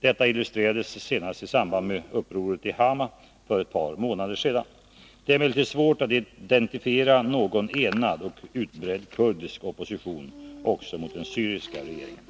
Detta illustrerades senast i samband med upproret i Hama för ett par månader sedan. Det är emellertid svårt att identifiera någon enad och utbredd kurdisk opposition också mot den syriska regeringen.